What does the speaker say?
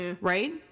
Right